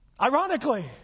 Ironically